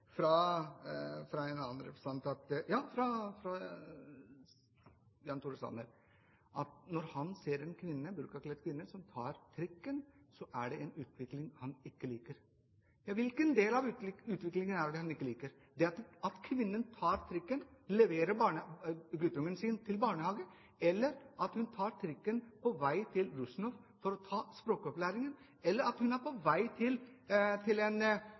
fra Jan Tore Sanner at når han ser en burkakledd kvinne som tar trikken, så er det en utvikling han ikke liker. Hvilken del av utviklingen er det han ikke liker? Er det at kvinnen tar trikken? Er det at hun leverer guttungen sin til barnehagen, eller er det at hun tar trikken til Rosenhoff for å ta språkopplæring? Eller er det at hun er på vei til